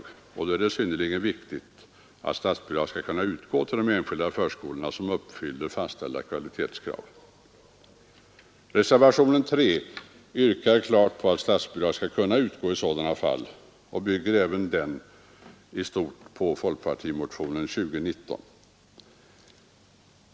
Därför är det synnerligen viktigt att statsbidrag skall kunna utgå till de enskilda förskolor som uppfyller fastställda kvalitetskrav. Reservationen 3 yrkar att statsbidrag skall kunna utgå i sådana fall och bygger även den istort på folkpartimotionen 2019.